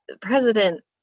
President